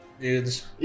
dudes